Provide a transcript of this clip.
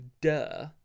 duh